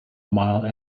mile